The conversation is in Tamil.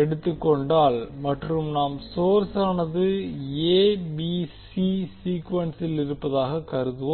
எடுத்துக்கொண்டதால் மற்றும் நாம் சோர்ஸானது எபிசி சீகுவென்ஸில் இருப்பதாக கருதுவோம